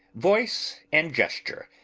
voice and gesture.